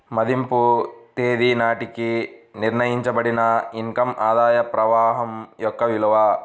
మదింపు తేదీ నాటికి నిర్ణయించబడిన ఇన్ కమ్ ఆదాయ ప్రవాహం యొక్క విలువ